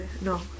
No